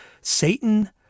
Satan